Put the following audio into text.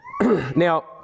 Now